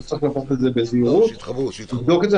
אז צריך לקחת את זה בזהירות ולבדוק את זה.